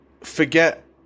forget